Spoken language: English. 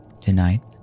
Tonight